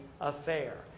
affair